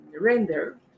render